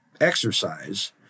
exercise